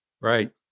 Right